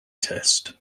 test